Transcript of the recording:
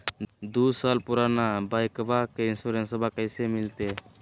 दू साल पुराना बाइकबा के इंसोरेंसबा कैसे मिलते?